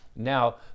Now